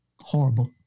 horrible